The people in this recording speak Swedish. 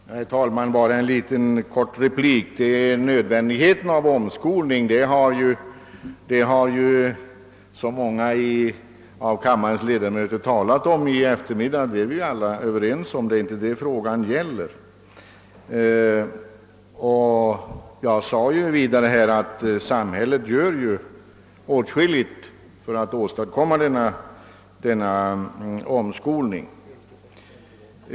Herr talman! Bara en kort replik! Nödvändigheten av omskolning har många av kammarens ledamöter talat om i eftermiddag, och den är vi alla överens om; det är inte detta frågan gäller. Jag framhöll också att samhället gör åtskilligt för att bereda sådan omskolning.